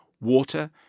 Water